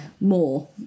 more